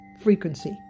frequency